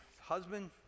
husband